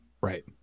Right